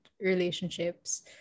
relationships